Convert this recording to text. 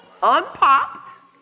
unpopped